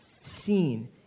seen